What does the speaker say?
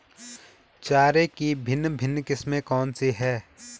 चारे की भिन्न भिन्न किस्में कौन सी हैं?